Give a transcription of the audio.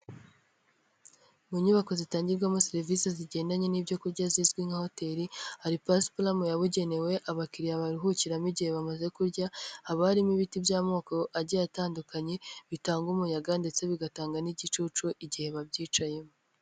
Mu nyubako zitangirwamo serivisi zigendanye n'ibyo kurya zizwi nka hoteli hari pasiparama yabugenewe abakiriya baruhukiramo igihe bamaze kurya, hakaba harimo ibiti by'amoko agiye atandukanye bitanga umuyaga ndetse bigatanga n'igicucu igihe babyicayemo.